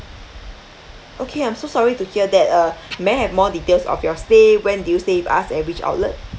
okay I'm so sorry to hear that uh may I have more details of your stay when did you stay with us and which outlet